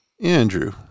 Andrew